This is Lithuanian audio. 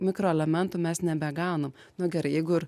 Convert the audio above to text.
mikroelementų mes nebegaunam nu gerai jeigu ir